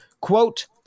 Quote